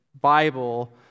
Bible